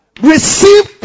receive